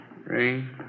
Ring